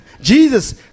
Jesus